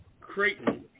Creighton